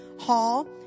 Hall